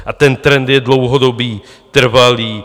A ten trend je dlouhodobý, trvalý.